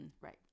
right